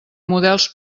models